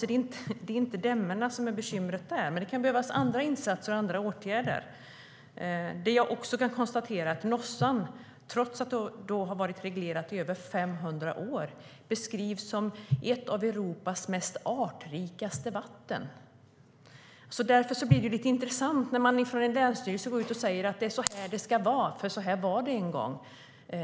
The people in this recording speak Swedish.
Det är inte dämmena som är bekymret där, men det kan behövas andra insatser och åtgärder. Jag konstaterar också att Nossan, trots att den har varit reglerad i över 500 år, beskrivs som ett av Europas mest artrika vatten. Därför blir det lite intressant när man från en länsstyrelse går ut och säger att så här ska det vara, för så här var det en gång.